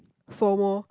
Fomo